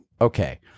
Okay